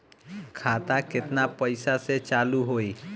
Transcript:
खाता केतना पैसा से चालु होई?